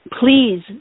please